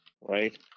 right